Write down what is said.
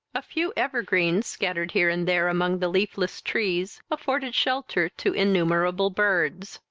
a few evergreens, scattered here and there among the leafless trees afforded shelter to innumerable birds.